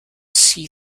see